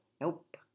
Nope